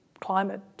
climate